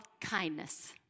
kindness